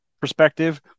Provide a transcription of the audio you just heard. perspective